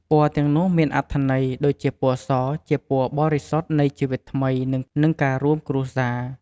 ពណ៌ទាំងនោះមានអត្ថន័យដូចជា ពណ៌ស ជាពណ៌បរិសុទ្ធនៃជីវិតថ្មី និងការរួមគ្រួសារ។